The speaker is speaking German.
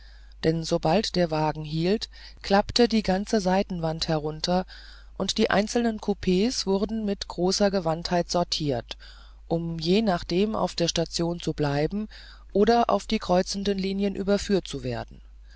denn sobald der wagen hielt klappte die ganze seitenwand herab und die einzelnen coups wurden mit großer gewandtheit sortiert um je nachdem auf der station zu bleiben oder auf die kreuzenden linien übergeführt zu werden